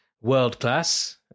world-class